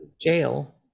Jail